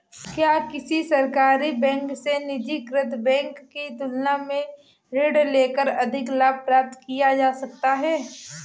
क्या किसी सरकारी बैंक से निजीकृत बैंक की तुलना में ऋण लेकर अधिक लाभ प्राप्त किया जा सकता है?